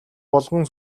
булган